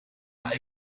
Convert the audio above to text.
maar